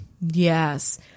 Yes